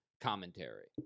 commentary